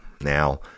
Now